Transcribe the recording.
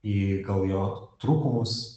į gal jo trūkumus